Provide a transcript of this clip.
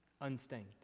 unstained